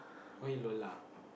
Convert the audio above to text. call him Lola